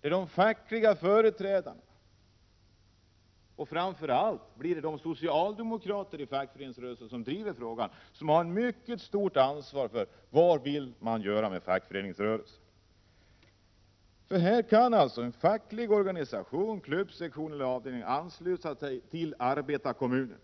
Det är de fackliga företrädarna, och framför allt de socialdemokrater i fackföreningsrörelsen som driver frågan, som har ett mycket stort ansvar för vad man vill göra med fackföreningsrörelsen. En facklig organisation, klubbsektion eller avdelning kan alltså ansluta sig till arbetarkommunen.